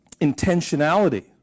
intentionality